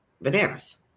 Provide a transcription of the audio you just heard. bananas